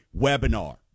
webinar